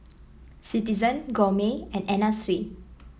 Citizen Gourmet and Anna Sui